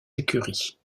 écuries